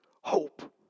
Hope